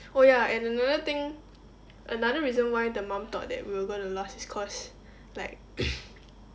oh ya and another thing another reason why the mum thought that we were going to last is cause like